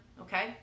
okay